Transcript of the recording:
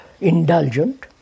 indulgent